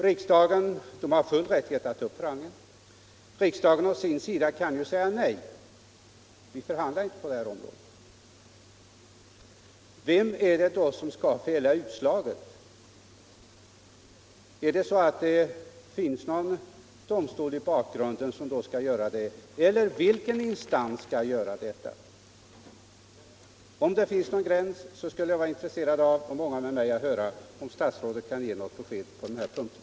— Riksdagen å sin sida kan naturligtvis säga nej; vi förhandlar ju inte på det området. Vem är det då som skall fälla utslaget? Finns det någon domstol i bakgrunden som kan göra det, eller vilken instans skall göra detta? Om det finns någon gräns för förhandlingsrätten skulle jag och många med mig vara intresserade av att få höra om statsrådet kan ge något besked på den här punkten.